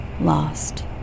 Lost